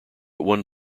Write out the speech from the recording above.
one